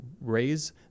raise